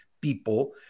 people